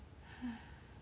!hais!